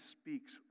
speaks